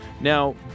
Now